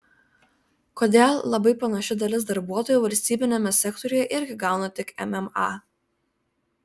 kodėl labai panaši dalis darbuotojų valstybiniame sektoriuje irgi gauna tik mma